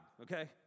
okay